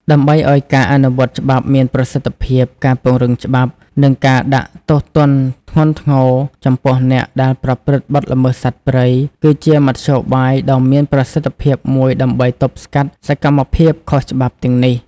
ដើម្បីឲ្យការអនុវត្តច្បាប់មានប្រសិទ្ធភាព ការពង្រឹងច្បាប់ និង ការដាក់ទោសទណ្ឌធ្ងន់ធ្ងរ ចំពោះអ្នកដែលប្រព្រឹត្តបទល្មើសសត្វព្រៃ គឺជាមធ្យោបាយដ៏មានប្រសិទ្ធភាពមួយដើម្បីទប់ស្កាត់សកម្មភាពខុសច្បាប់ទាំងនេះ។